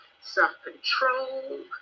self-control